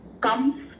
comes